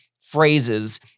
phrases